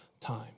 time